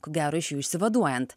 ko gero iš jų išsivaduojant